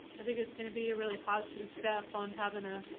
i think it's gonna be a really positive step on having a